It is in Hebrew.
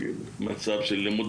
שמענו